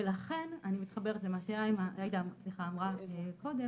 ולכן אני מתחברת למה שחברת הכנסת עאידה אמרה קודם